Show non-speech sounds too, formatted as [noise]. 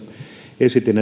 esitin [unintelligible]